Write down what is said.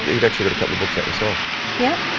you've actually got a couple of books out yourself yep.